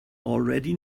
already